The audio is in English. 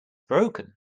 broken